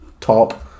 top